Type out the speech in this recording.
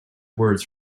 words